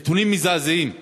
הנתונים מזעזעים.